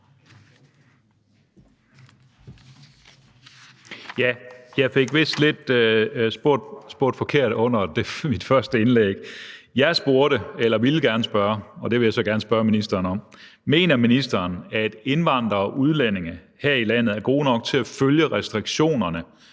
Jeg fik vist spurgt lidt forkert under mit første indlæg. Jeg ville gerne have spurgt, og det vil jeg så gerne spørge ministeren om, om ministeren mener, at indvandrere og udlændinge her i landet er gode nok til at følge restriktionerne,